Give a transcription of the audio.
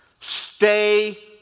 stay